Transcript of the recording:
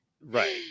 right